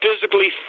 physically